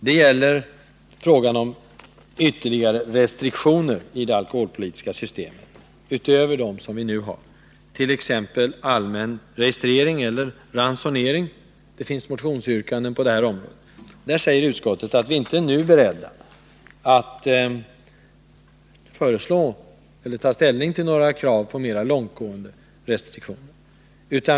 Det gäller frågan om ytterligare restriktioner i det alkoholpolitiska systemet förutom dem som vi nu har, t.ex. allmän registrering eller ransonering. Det finns motionsyrkanden på det området. Utskottet skriver att det inte är berett att nu ta ställning för mera långtgående åtgärder.